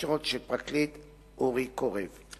הקשות של הפרקליט אורי קורב.